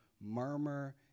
murmur